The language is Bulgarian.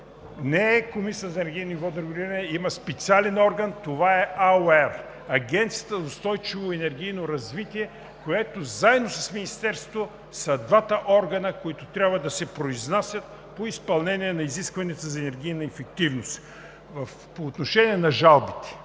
– не Комисията за енергийно и водно регулиране, има специален орган – това е Агенцията за устойчиво енергийно развитие, което заедно с Министерството, са двата органа, които трябва да се произнасят по изпълнение на изискванията за енергийна ефективност. По отношение на жалбите.